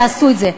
יעשו את זה.